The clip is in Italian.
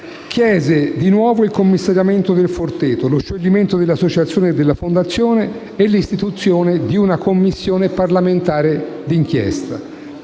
chiese di nuovo il commissariamento del Forteto, lo scioglimento dell'associazione e della fondazione e l'istituzione di una Commissione parlamentare di inchiesta.